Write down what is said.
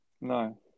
No